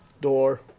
door